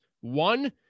One